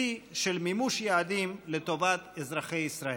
שיא של מימוש יעדים, לטובת אזרחי ישראל.